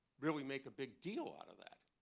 really make a big deal out of that.